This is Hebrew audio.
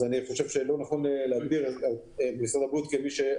אני חושב שלא נכון להגדיר את משרד הבריאות כאשם,